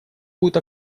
будет